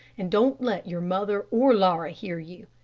and don't let your mother or laura hear you.